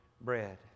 bread